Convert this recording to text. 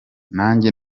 nanjye